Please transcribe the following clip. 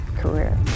career